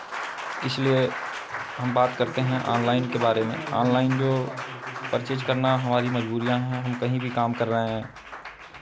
इसलिए हम बात करते हैं ऑनलाइन के बारे में ऑनलाइन जो परचेज़ करना हमारी मज़बूरियाँ हैं हम कहीं भी काम कर रहे हैं